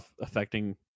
affecting